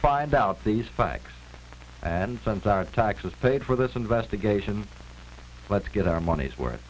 find out these facts and sense our taxes paid for this investigation let's get our money's worth